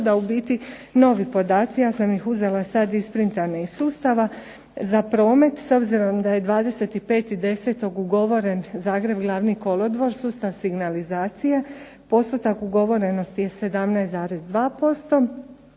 u biti novi podaci, ja sam ih uzela sad isprintane iz sustava, za promet, s obzirom da je 25.10. ugovoren Zagreb glavni kolodvor sustav signalizacije, postotak ugovorenosti je 17,2%,